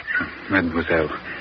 Mademoiselle